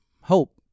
hope